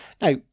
now